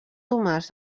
tomàs